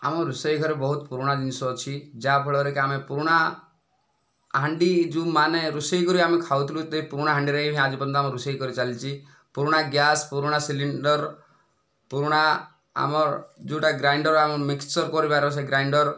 ଆମ ରୋଷେଇ ଘରେ ବହୁତ ପୁରୁଣା ଜିନିଷ ଅଛି ଯାହାଫଳରେ କି ଆମେ ପୁରୁଣା ହାଣ୍ଡି ଯେଉଁମାନେ ରୋଷେଇ କରି ଆମେ ଖାଉଥିଲୁ ସେହି ପୁରୁଣା ହାଣ୍ଡିରେ ହିଁ ଆଜି ପର୍ଯ୍ୟନ୍ତ ଆମର ରୋଷେଇ କରି ଚାଲିଛି ପୁରୁଣା ଗ୍ୟାସ୍ ପୁରୁଣା ସିଲିଣ୍ଡର ପୁରୁଣା ଆମର ଯେଉଁଟା ଗ୍ରାଇଣ୍ଡର ଆମର ମିକ୍ସଚର କରିବାର ସେ ଗ୍ରାଇଣ୍ଡର